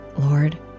Lord